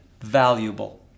Valuable